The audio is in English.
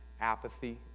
apathy